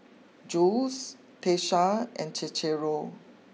Jules Tiesha and Cicero